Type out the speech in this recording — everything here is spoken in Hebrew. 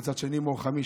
ומצד שני מור חמי,